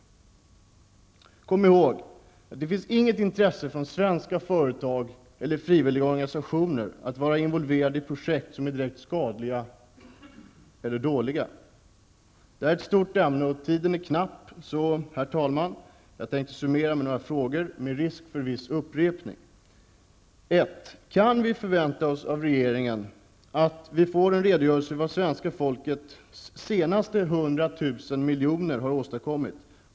Och kom ihåg att det inte finns något intresse från svenska företag eller frivilliga organisationer för att vara involverade i projekt som är direkt skadliga eller dåliga! Det här är ett omfattande ämne, och tiden är knapp. Därför, herr talman, tänker jag summera vad jag vill ha sagt med följande frågor, med risk för viss upprepning: 1. Kan vi av regeringen förvänta oss en redogörelse för vad som med svenska folkets senaste 100 000 miljoner har åstadkommits?